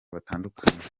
batandukanye